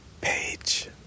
page